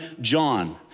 John